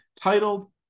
titled